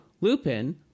lupin